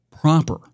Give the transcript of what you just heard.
proper